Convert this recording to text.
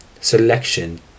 selection